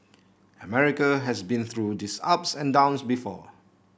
America has been through these ups and downs before